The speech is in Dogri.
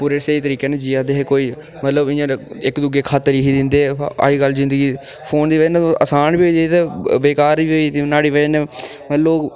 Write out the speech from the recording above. पूरे स्हेई तरीकै नै जीयै दे हे कोई मतलब इ'यां इक दूऐ गी खत लिखी दिंदे हे बा अजकल जिंदगी फोन दी बजह कन्नै असान बी होई दी ते बेकार बी होई दी न्हाड़ी बजह कन्नै लोग